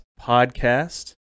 podcast